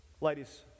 Ladies